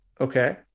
Okay